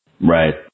Right